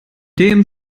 dem